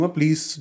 Please